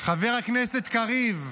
חבר הכנסת קריב,